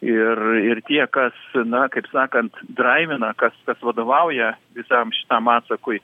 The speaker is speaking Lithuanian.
ir ir tie kas na kaip sakant draivina kas kas vadovauja visam šitam atsakui